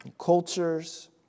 cultures